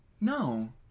No